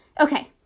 Okay